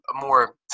more